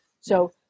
So-